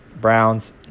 Browns